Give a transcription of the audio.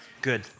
Good